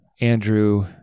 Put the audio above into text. Andrew